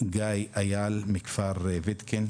גיא אייל מכפר ויתקין